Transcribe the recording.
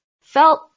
felt